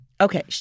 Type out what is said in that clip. Okay